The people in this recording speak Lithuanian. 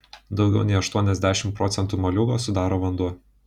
daugiau nei aštuoniasdešimt procentų moliūgo sudaro vanduo